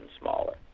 smaller